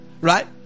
right